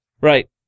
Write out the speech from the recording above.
Right